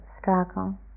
struggle